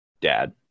dad